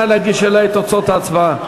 נא להגיש אלי את תוצאות ההצבעה.